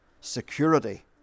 security